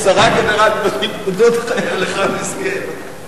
עשרה גנרלים נותנים פקודות לאחד מסכן.